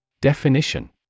definition